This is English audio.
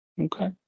Okay